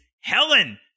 Helen